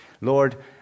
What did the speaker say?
Lord